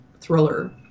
thriller